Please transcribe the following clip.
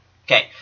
Okay